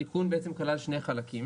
התיקון כלל שני חלקים